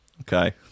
Okay